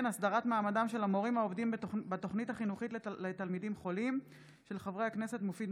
המענים לסטודנטים להט"בים בקמפוסי